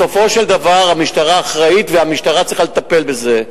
בסופו של דבר המשטרה אחראית והמשטרה צריכה לטפל בזה.